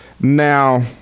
now